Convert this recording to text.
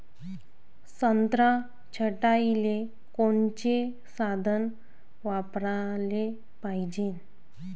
संत्रा छटाईले कोनचे साधन वापराले पाहिजे?